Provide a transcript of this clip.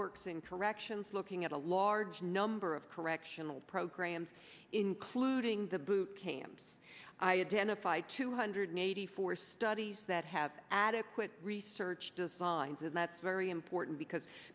works in corrections looking at a large number of correctional programs including the bootcamps identify two hundred eighty four studies that have adequate research designs and that's very important because